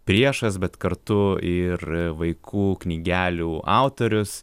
priešas bet kartu ir vaikų knygelių autorius